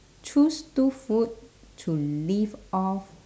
choose two food to live off